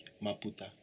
Maputa